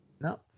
No